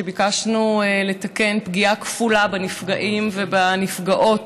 ביקשנו לתקן פגיעה כפולה בנפגעים ובנפגעות,